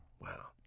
Wow